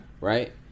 Right